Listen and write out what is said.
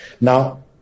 Now